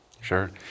sure